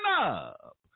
up